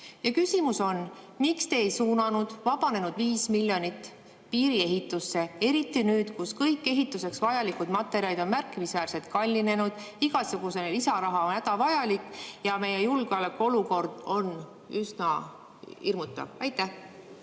küsimus on: miks te ei suunanud vabanenud 5 miljonit piiriehitusse? Eriti nüüd, kui kõik ehituseks vajalikud materjalid on märkimisväärselt kallinenud, on igasugune lisaraha hädavajalik, ja meie julgeolekuolukord on üsna hirmutav. Ma